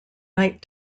night